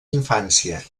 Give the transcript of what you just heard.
infància